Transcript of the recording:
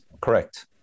Correct